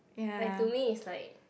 like to me is like